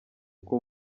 uko